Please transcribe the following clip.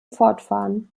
fortfahren